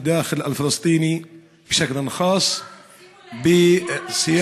בתחילה ברצוננו לברך את האומה המוסלמית כולה ואת בני